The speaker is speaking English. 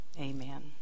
amen